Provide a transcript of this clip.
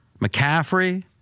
McCaffrey